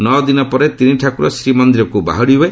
ନଅ ଦିନ ପରେ ତିନିଠାକୁର ଶ୍ରୀମନ୍ଦିରକୁ ବାହୁଡ଼ିବେ